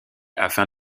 afin